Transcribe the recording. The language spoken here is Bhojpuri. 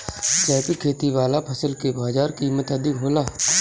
जैविक खेती वाला फसल के बाजार कीमत अधिक होला